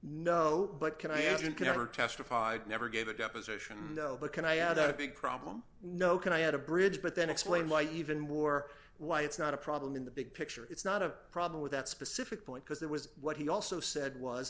no but can i ask you can never testified never gave a deposition but can i add a big problem no can i add a bridge but then explain why even more why it's not a problem in the big picture it's not a problem with that specific point because there was what he also said was